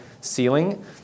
ceiling